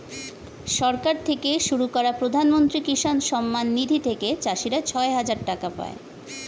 সরকার থেকে শুরু করা প্রধানমন্ত্রী কিষান সম্মান নিধি থেকে চাষীরা ছয় হাজার টাকা পায়